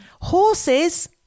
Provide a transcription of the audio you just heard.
horses